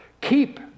Keep